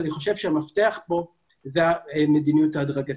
אני חושב שהמפתח פה זה המדיניות ההדרגתית.